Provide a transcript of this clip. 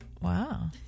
Wow